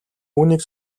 үүнийг